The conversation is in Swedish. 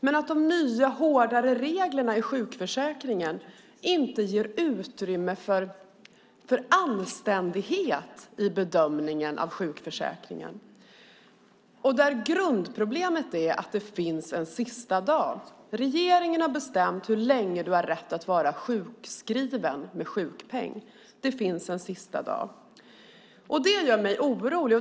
Men de nya hårdare reglerna i sjukförsäkringen ger inte utrymme för anständighet i bedömningen av sjukförsäkringen. Grundproblemet är att det finns en sista dag. Regeringen har bestämt hur länge du har rätt att vara sjukskriven med sjukpeng. Det finns en sista dag. Det gör mig orolig.